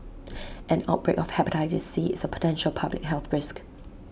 an outbreak of Hepatitis C is A potential public health risk